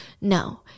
No